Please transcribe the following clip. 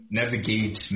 navigate